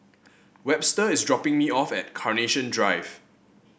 Webster is dropping me off at Carnation Drive